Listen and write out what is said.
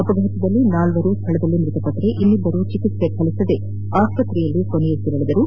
ಅಪಘಾತದಲ್ಲಿ ನಾಲ್ವರು ಸ್ಥಳದಲ್ಲಿಯೇ ಮೃತಪಟ್ಟರೆ ಇನ್ನಿಬ್ಬರು ಚಿಕಿತ್ಸೆ ಫಲಿಸದೆ ಆಸ್ಪತ್ರೆಯಲ್ಲಿ ಕೊನೆಯುಸಿರೆಳೆದರು